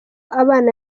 abana